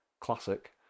classic